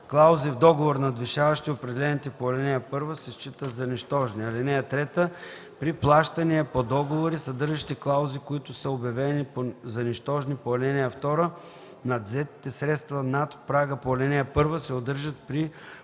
Клаузи в договор, надвишаващи определените по ал. 1 се считат за нищожни. (3) При плащания по договори, съдържащи клаузи, които са обявени за нищожни по ал. 2, надвзетите средства над прага по ал. 1 се удържат при